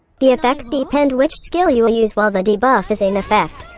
the effects depend which skill you will use while the debuff is in effect.